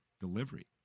delivery